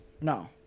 No